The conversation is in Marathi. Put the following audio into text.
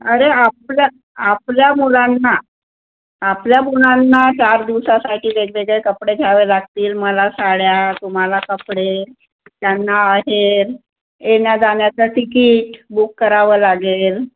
अरे आपल्या आपल्या मुलांना आपल्या मुलांना चार दिवसासाठी वेगवेगळे कपडे घ्यावे लागतील मला साड्या तुम्हाला कपडे त्यांना अहेर एण्याजाण्याचं तिकीट बुक करावं लागेल